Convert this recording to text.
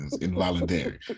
involuntary